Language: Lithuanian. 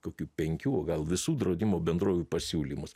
kokių penkių o gal visų draudimo bendrovių pasiūlymus